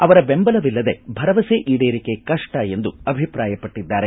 ಅವರ ಬೆಂಬಲವಿಲ್ಲದೆ ಭರವಸೆ ಈಡೇರಿಕೆ ಕಪ್ಪ ಎಂದು ಅಭಿಪ್ರಾಯಪಟ್ಟಿದ್ದಾರೆ